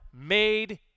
made